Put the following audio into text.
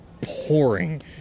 pouring